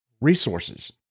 resources